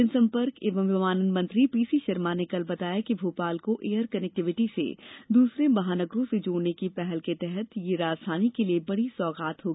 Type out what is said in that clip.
जनसम्पर्क एवं विमानन मंत्री पीसी शर्मा ने कल बताया कि भोपाल को एयर कनेक्टिविटी से दूसरे महानगरों से जोड़ने की पहल के तहत यह राजधानी के लिए बड़ी सौगात होगी